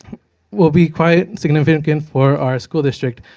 will be quite significant for our school district.